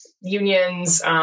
unions